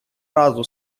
разу